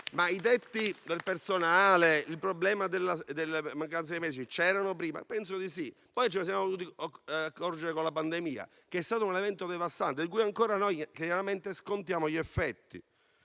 ma i tetti per personale e il problema della mancanza dei medici c'erano prima? Penso di sì. Poi ce ne siamo dovuti accorgere con la pandemia, che è stato un evento devastante, di cui ancora scontiamo gli effetti.